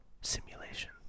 Simulation